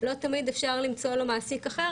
לא תמיד אפשר למצוא לו מעסיק אחר.